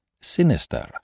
sinister